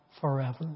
forever